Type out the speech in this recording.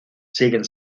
siguen